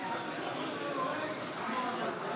למה?